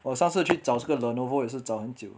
我上次去找这个 lenovo 也是找很久